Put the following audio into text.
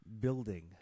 Building